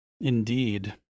Indeed